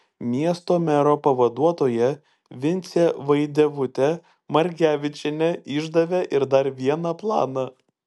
miesto mero pavaduotoja vincė vaidevutė margevičienė išdavė ir dar vieną planą